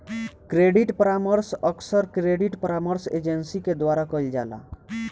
credit परामर्श अक्सर credit परामर्श एजेंसी के द्वारा कईल जाला